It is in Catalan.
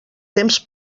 temps